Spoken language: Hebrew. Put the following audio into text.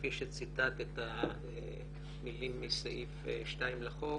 כפי שציטטת מילים מסעיף 2 לחוק,